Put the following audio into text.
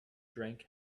drank